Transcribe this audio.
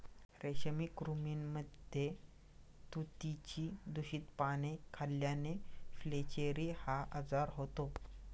रेशमी कृमींमध्ये तुतीची दूषित पाने खाल्ल्याने फ्लेचेरी हा आजार होतो